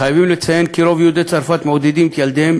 חייבים לציין כי יהודי צרפת מעודדים את ילדיהם